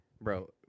bro